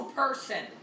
person